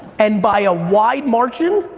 and by a wide margin,